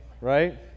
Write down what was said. right